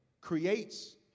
creates